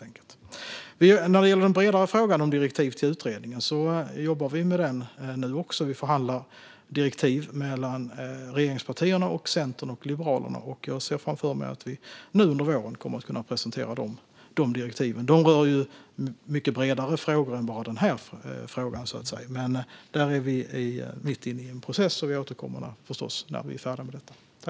När det gäller den bredare frågan om direktiv till utredningen jobbar vi också med detta och förhandlar direktiv mellan regeringspartierna, Centerpartiet och Liberalerna. Jag ser framför mig att vi nu under våren kommer att kunna presentera dessa direktiv, som rör mycket bredare frågor än det här. Vi är alltså mitt inne i en process, och vi återkommer förstås när vi är färdiga med detta.